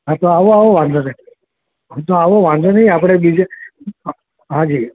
હા તો આવો આવો વાંધો નહીં તો આવો વાંધો નહીં આપણે બીજે હા જી